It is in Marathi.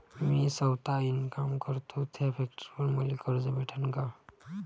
मी सौता इनकाम करतो थ्या फॅक्टरीवर मले कर्ज भेटन का?